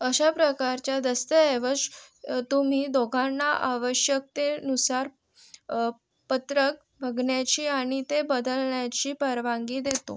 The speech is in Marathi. अशा प्रकारच्या दस्तऐवज तुम्ही दोघांना आवश्यकतेनुसार पत्रक बघण्याची आणि ते बदलण्याची परवानगी देतो